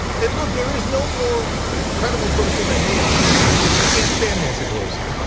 and look there is no more ah credible person than me on this because i can't stand nancy pelosi.